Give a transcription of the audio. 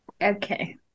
Okay